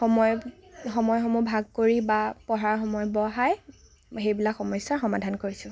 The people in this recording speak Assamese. সময় সময়সমূহ ভাগ কৰি বা পঢ়াৰ সময় বঢ়াই সেইবিলাক সমস্যা সমাধান কৰিছো